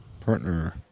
Partner